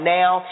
now